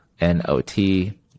N-O-T